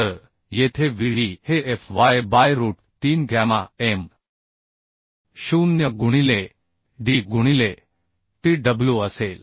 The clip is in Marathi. तर येथे Vd हे Fy by root 3 gamma m 0 गुणिले d गुणिले twअसेल